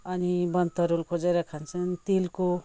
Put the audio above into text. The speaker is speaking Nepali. अनि वनतरुल खोजेर खान्छन् तिलको